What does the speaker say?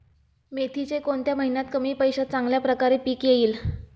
मेथीचे कोणत्या महिन्यात कमी पैशात चांगल्या प्रकारे पीक येईल?